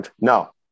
no